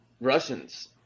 Russians